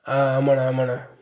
ஆ ஆமாண்ண ஆமாண்ண